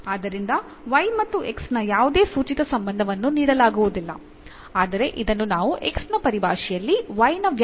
ಆದ್ದರಿಂದ y ಮತ್ತು x ನ ಯಾವುದೇ ಸೂಚಿತ ಸಂಬಂಧವನ್ನು ನೀಡಲಾಗುವುದಿಲ್ಲ ಆದರೆ ಇದನ್ನು ನಾವು x ನ ಪರಿಭಾಷೆಯಲ್ಲಿ y ನ ವ್ಯಕ್ತಫಲನ ಸಂಬಂಧ ಎಂದು ಕರೆಯುತ್ತೇವೆ